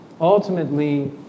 Ultimately